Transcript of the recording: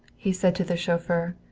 he said to the chauffeur.